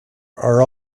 are